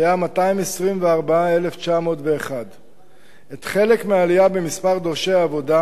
שהיה 224,901. את חלק מהעלייה במספר דורשי העבודה